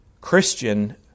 Christian